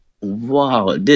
Wow